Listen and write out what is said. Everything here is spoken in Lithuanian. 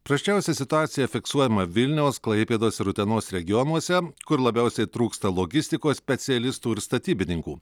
prasčiausia situacija fiksuojama vilniaus klaipėdos ir utenos regionuose kur labiausiai trūksta logistikos specialistų ir statybininkų